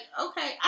okay